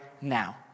now